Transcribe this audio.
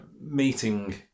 meeting